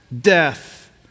death